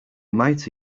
might